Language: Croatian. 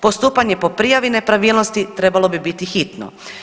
Postupanje po prijavi nepravilnosti trebalo bi biti hitno.